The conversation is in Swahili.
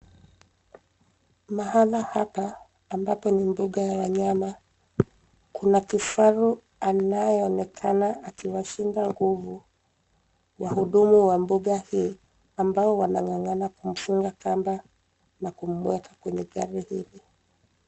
Mahala hapa ambapo ni mbuga ya wanyama, kuna kifaru anayeonekana akiwashinda nguvu wahudumu wa mbuga hii ambao wanang'ang'ana kumfunga kamba na kumweka kwenye gari hili.